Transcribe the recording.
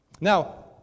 Now